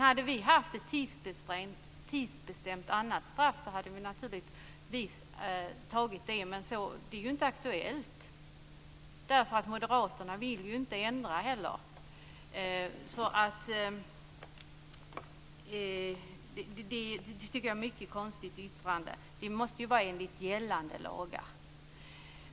Hade vi haft ett tidsbestämt annat straff så hade vi naturligtvis tagit det, men det är ju inte aktuellt, därför att moderaterna vill ju inte ändra heller. Så det här tycker jag är ett mycket konstigt yttrande. Det måste ju ske enligt gällande lagar.